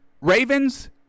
Ravens